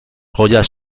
joyas